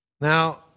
Now